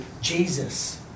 Jesus